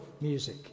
music